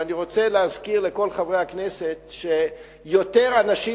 ואני רוצה להזכיר לכל חברי הכנסת שיותר אנשים